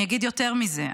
אני אגיד יותר מזה,